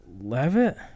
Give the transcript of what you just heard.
Levitt